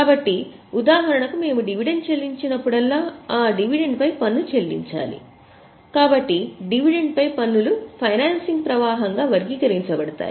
కాబట్టి ఉదాహరణ కు మేము డివిడెండ్ చెల్లించినప్పుడల్లా ఆ డివిడెండ్ పై పన్ను చెల్లించాలి కాబట్టి డివిడెండ్ పై పన్నులు ఫైనాన్సింగ్ ప్రవాహంగా వర్గీకరించబడతాయి